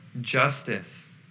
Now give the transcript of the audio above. justice